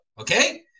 okay